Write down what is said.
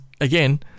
again